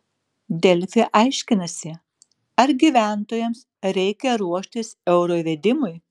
delfi aiškinasi ar gyventojams reikia ruoštis euro įvedimui